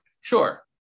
Sure